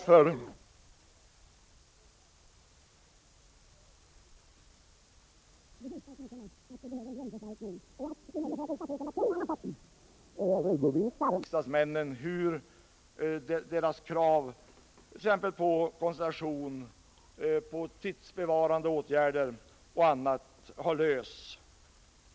Vi måste få ett förslag som på ett helt annat sätt redovisar för riksdagsmännen hur deras krav exempelvis på koncentration, tidsbesparande åtgärder och annat har tillgodosetts.